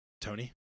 Tony